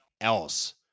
else